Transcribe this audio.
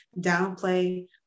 downplay